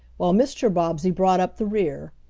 while mr. bobbsey brought up the rear.